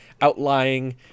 outlying